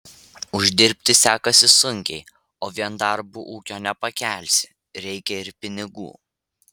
uždirbti sekasi sunkiai o vien darbu ūkio nepakelsi reikia ir pinigų